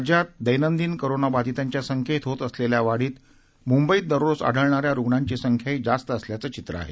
राज्यात दैनंदिन कोरोनाबाधितांच्या संख्येत होत असलेल्या वाढीत मुंबईत दररोज आढळणाऱ्या रुग्णांची संख्याही जास्त असल्याचं चित्र आहे